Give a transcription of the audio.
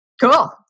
Cool